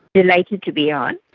delighted to be on.